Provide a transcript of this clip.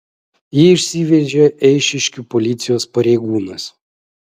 jį išsivežė eišiškių policijos pareigūnas